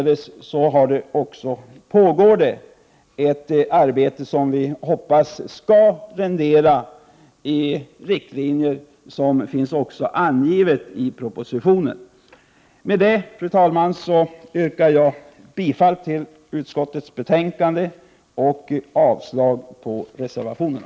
Det pågår således ett arbete, som vi hoppas skall resultera i riktlinjer så som det finns angivet i propositionen. Med detta, fru talman, yrkar jag bifall till utskottets hemställan och avslag på reservationerna.